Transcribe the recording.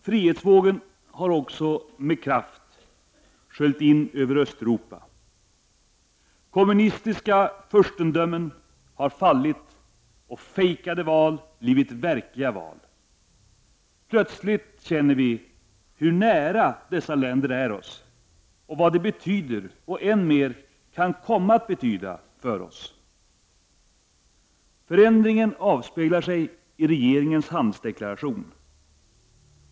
Frihetsvågen har också med kraft sköljt in över Östeuropa. Kommunistiska furstendömen har fallit, och fejkade val har blivit verkliga val. Plötsligt känner vi hur nära dessa länder är oss och vad de betyder och — än mer — kan komma att betyda för oss. Förändringen avspeglar sig i regeringens handelsdeklaration.